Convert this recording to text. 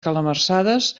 calamarsades